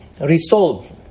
resolve